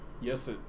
Yes